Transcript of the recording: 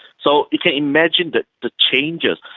so you can imagine that the changes,